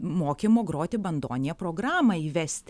mokymo groti bandonija programą įvesti